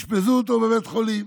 אשפזו אותו בבית חולים.